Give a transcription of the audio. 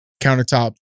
countertop